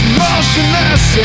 motionless